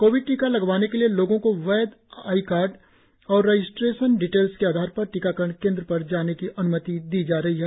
Covid टीका लगवाने के लिए लोगो को वैध आई कार्ड और रजिस्ट्रेशन डिटेल्स के आधार पर टीकाकरण केंद्र पर जाने की अन्मति दी जा रही है